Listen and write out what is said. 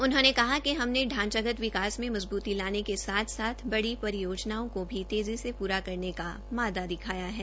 उन्होंने कहा कि हमने ढांचागत विकास में मजबूती लाने के साथ साथ बड़ी परियोजनाओं को भी तेजी से पूरा करने का माद्दा दिखाया है